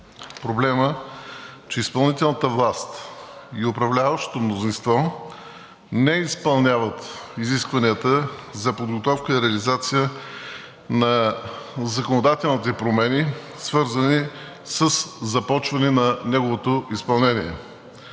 проблема, че изпълнителната власт и управляващото мнозинство не изпълняват изискванията за подготовка и реализация на законодателните промени, свързани със започване на неговото изпълнение.